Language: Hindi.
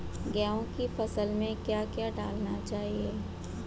गेहूँ की फसल में क्या क्या डालना चाहिए?